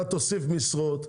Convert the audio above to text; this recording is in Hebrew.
אתה תוסיף משרות,